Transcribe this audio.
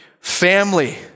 family